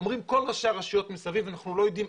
אומרים כל ראשי הרשויות מסביב שהם לא יודעים,